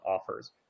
offers